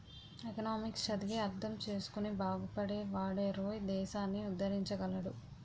economics చదివి అర్థం చేసుకుని బాగుపడే వాడేరోయ్ దేశాన్ని ఉద్దరించగలడు